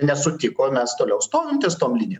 nesutiko mes toliau stovim ties tom linijom